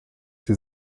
sie